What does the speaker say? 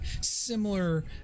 similar